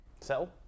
sell